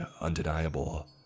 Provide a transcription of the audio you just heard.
undeniable